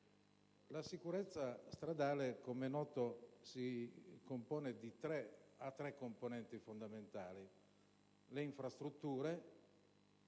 La sicurezza stradale, com'è noto, ha tre componenti fondamentali. Innanzitutto